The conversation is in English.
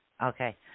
Okay